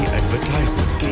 advertisement